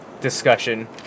discussion